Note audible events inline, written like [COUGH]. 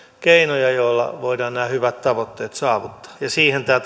keinoja joilla voidaan nämä hyvät tavoitteet saavuttaa ja siihen tämä [UNINTELLIGIBLE]